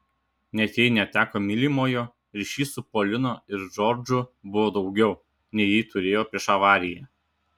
net jei neteko mylimojo ryšys su polina ir džordžu buvo daugiau nei ji turėjo prieš avariją